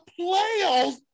playoffs